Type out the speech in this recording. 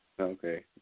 Okay